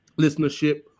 listenership